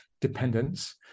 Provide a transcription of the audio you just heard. dependence